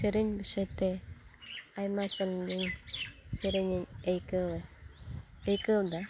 ᱥᱮᱨᱮᱧ ᱫᱤᱥᱟᱹᱛᱮ ᱟᱭᱢᱟ ᱥᱮᱨᱮᱧᱤᱧ ᱟᱹᱭᱠᱟᱹᱣᱟ ᱟᱹᱭᱠᱟᱹᱣᱫᱟ